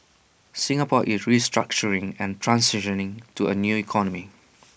Singapore is restructuring and transitioning to A new economy